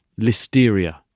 listeria